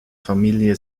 familie